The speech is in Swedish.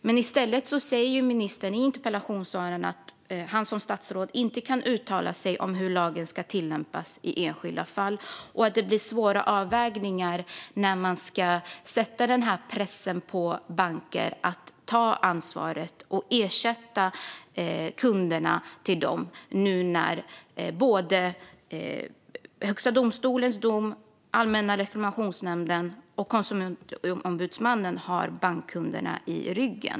Men i stället säger ministern i interpellationssvaret att han som statsråd inte kan uttala sig om hur lagen ska tillämpas i enskilda fall och att det blir svåra avvägningar när man ska sätta press på bankerna att ta ansvar och ersätta sina kunder när nu Högsta domstolen, Allmänna reklamationsnämnden och Konsumentombudsmannen har tagit bankkundernas parti.